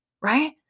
Right